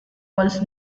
was